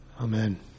Amen